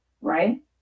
right